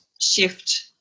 shift